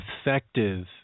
effective